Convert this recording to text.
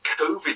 COVID